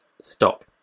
stop